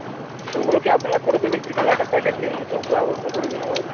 হ্যাঁ তো ওগুলো কি আপনারা করে দেবেন কি তাহলে একটা প্যাকেজের মতো ব্যবস্থা করে দিন আমাদের